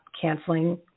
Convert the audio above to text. canceling